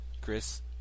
Chris